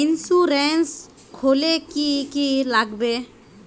Insurance खोले की की लगाबे?